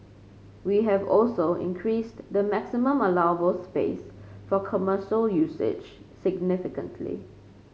we have also increased the maximum allowable space for commercial usage significantly